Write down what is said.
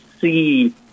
see